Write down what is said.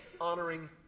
honoring